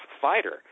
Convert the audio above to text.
fighter